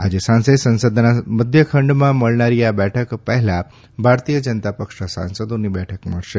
આજે સાંજે સંસદના મધ્યખંડમાં મળનારી આ બેઠક પહેલાં ભારતીય જનતા પક્ષના સાંસદોની બેઠક મળશે